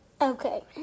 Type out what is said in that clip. Okay